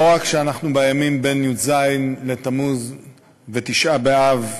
לא רק שאנחנו בימים שבין י"ז בתמוז לתשעה באב,